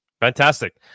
Fantastic